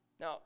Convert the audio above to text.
Now